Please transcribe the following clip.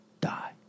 die